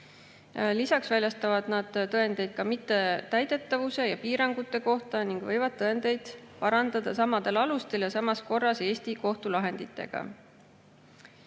Lisaks väljastavad nad tõendeid mittetäidetavuse ja piirangute kohta ning võivad tõendeid parandada samadel alustel ja samas korras Eesti kohtulahenditega.